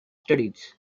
studies